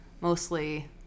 mostly